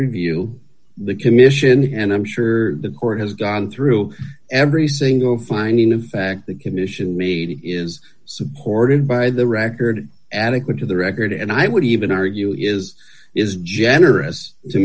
review the commission and i'm sure the court has gone through every single finding of fact the commission meeting is supported by the record adequate to the record and i would even argue is is generous to